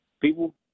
people